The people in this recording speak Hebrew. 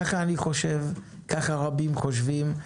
כך אני חושב, כך רבים חושבים.